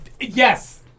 Yes